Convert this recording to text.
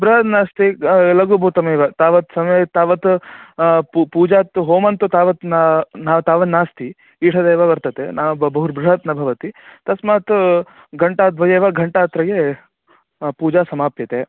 बृहत् नास्ति क लघुभूतमेव तावत् समये तावत् पु पूजा तु होमन्तु तावत् न न तावन्नास्ति ईशदेव वर्तते न ब बहु बृहत् न भवति तस्मत् घण्टाद्वये वा घण्टा त्रये पूजा समाप्यते